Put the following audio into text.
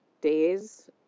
days